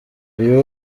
uyu